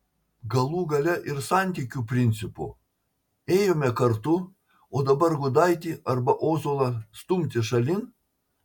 galų gale ir santykių principo ėjome kartu o dabar gudaitį arba ozolą stumti šalin